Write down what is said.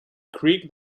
creek